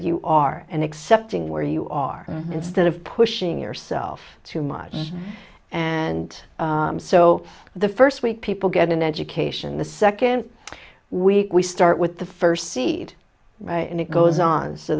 you are and accepting where you are instead of pushing yourself too much and so the first week people get an education the second week we start with the first seed and it goes on so